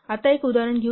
आता एक उदाहरण घेऊ